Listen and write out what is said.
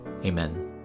Amen